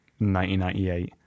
1998